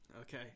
Okay